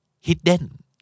hidden